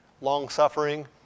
longsuffering